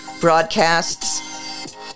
broadcasts